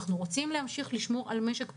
אנחנו רוצים להמשיך לשמור על משק פתוח,